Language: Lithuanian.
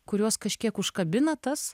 kuriuos kažkiek užkabina tas